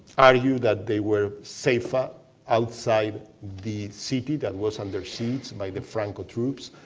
argued that they were safer outside the city that was under siege by the franco troops.